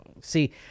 See